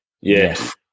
Yes